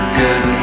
good